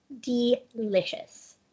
delicious